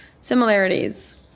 Similarities